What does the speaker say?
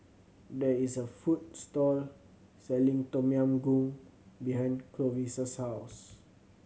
there is a food store selling Tom Yam Goong behind Clovis' house